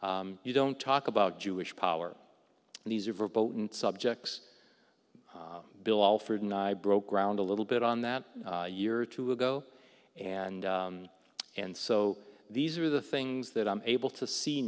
this you don't talk about jewish power and these are verboten subjects bill offered and i broke ground a little bit on that year or two ago and and so these are the things that i'm able to see